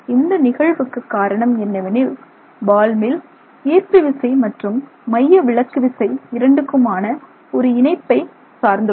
இந்த நிகழ்வுக்கு காரணம் என்னவெனில் பால் மில் ஈர்ப்பு விசை மற்றும் மையவிலக்கு விசை இரண்டுக்குமான ஒரு இணைப்பை சார்ந்துள்ளது